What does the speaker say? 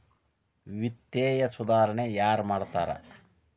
ವಿತ್ತೇಯ ಸುಧಾರಣೆ ಯಾರ್ ಮಾಡ್ತಾರಾ